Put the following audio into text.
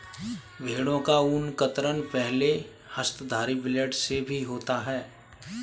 भेड़ों का ऊन कतरन पहले हस्तधारी ब्लेड से भी होता है